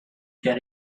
get